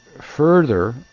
further